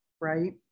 right